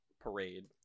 parade